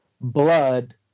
blood